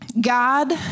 God